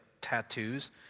tattoos